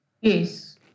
Yes